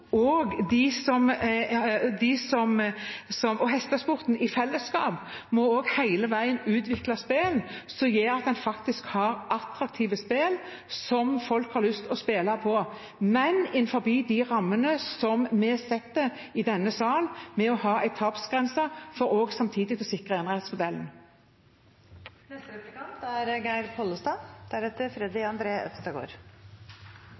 og hestesporten i fellesskap hele veien må utvikle spill som er attraktive og gjør at folk har lyst til å spille, men innenfor de rammene som vi setter i denne sal ved å ha en tapsgrense for samtidig å sikre